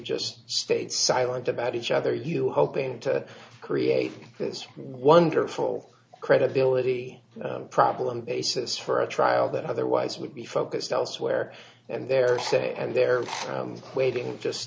just stayed silent about each other you hoping to create this wonderful credibility problem basis for a trial that otherwise would be focused elsewhere and they're sick and they're waiting just